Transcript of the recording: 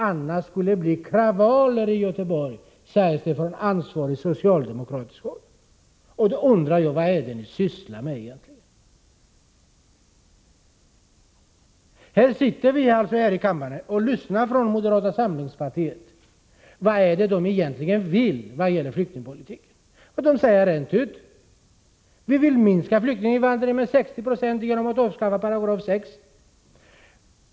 Annars skulle det bli kravaller i Göteborg, säger man från ansvarigt socialdemokratiskt håll. Då undrar jag: Vad är det man sysslar med egentligen? Vi sitter här i kammaren och lyssnar på moderata samlingspartiet. Vad är det ni egentligen vill med er flyktingpolitik? Ni säger rent ut: Vi vill minska flyktinginvandringen med 60 96 genom att avskaffa 6 §.